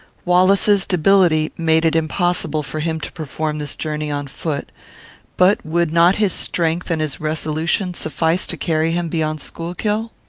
wallace's debility made it impossible for him to perform this journey on foot but would not his strength and his resolution suffice to carry him beyond schuylkill?